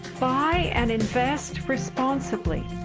buy and invest responsibly!